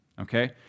okay